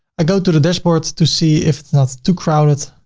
i go to the dashboard to see if it's not too crowded.